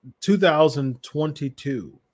2022